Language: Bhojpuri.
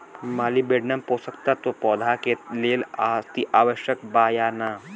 मॉलिबेडनम पोषक तत्व पौधा के लेल अतिआवश्यक बा या न?